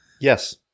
Yes